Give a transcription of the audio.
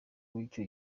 w’icyo